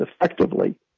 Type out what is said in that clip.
effectively